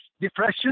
depression